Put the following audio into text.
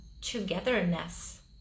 togetherness